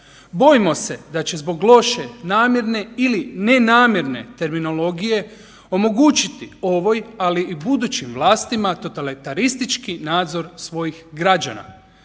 Bojimo se da će zbog loše, namjerne ili ne namjerne terminologije omogućiti ovoj ali budućim vlastima totalitaristički nadzor svojih građana.